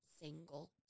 single